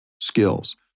skills